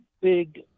big